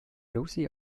lucy